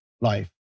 life